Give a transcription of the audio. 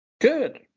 Good